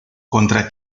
contra